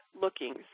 looking